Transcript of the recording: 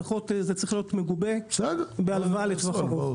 לפחות זה צריך להיות מגובה בהלוואה לטווח- -- זו בעיה